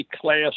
class